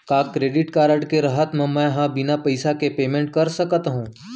का credit card के रहत म, मैं ह बिना पइसा के पेमेंट कर सकत हो?